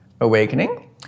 awakening